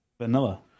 vanilla